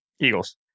Eagles